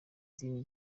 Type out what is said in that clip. idini